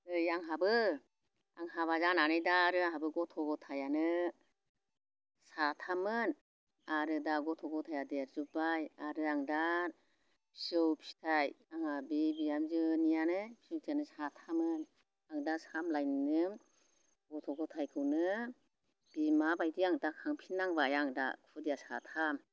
नै आंहाबो आं हाबा जानानै दा आरो आंहाबो गथ' गथाइयानो साथाममोन आरो दा गथ' गथाइया देरजोब्बाय आरो आं दा फिसौ फिथाइ आंहा बि बिहामजोनियानो फिसौ फिथाइयानो साथाममोन आं दा सामलायनोनो गथ' गथाइखौनो बिमा बायदि आं दा खांफिन नांबाय आं दा खुदिया साथाम